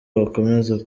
bakomeza